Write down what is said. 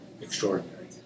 extraordinary